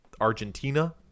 Argentina